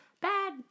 Bad